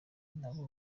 nibo